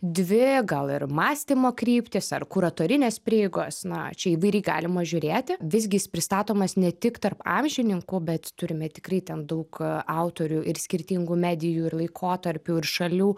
dvi gal ir mąstymo kryptis ar kuratorinės prieigos na čia įvairiai galima žiūrėti visgi jis pristatomas ne tik tarp amžininkų bet turime tikrai ten daug autorių ir skirtingų medijų ir laikotarpių ir šalių